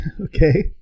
Okay